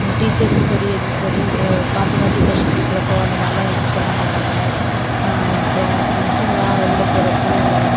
டீச்சர்ஸும் சரி எதும் சரி மாத்தி மாத்தி கொஸ்சின் கேட்கிறப்போ அந்தமாதிரிலாம் ஏன்ச்சு சொல்லமாட்டாங்க அப்புறம் ஃப்ரெண்ட்ஸ்ங்களாம் வெளில போறப்போது